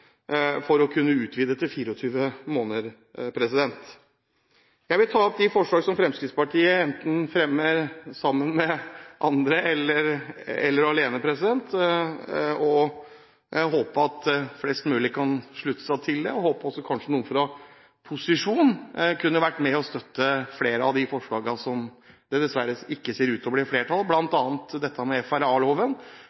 Jeg vil ta opp de forslagene som Fremskrittspartiet enten fremmer sammen med andre eller alene. Jeg håper at flest mulig kan slutte seg til dem, og at noen fra posisjonen kunne være med og støtte flere av de forslagene som det dessverre ikke ser ut til å bli flertall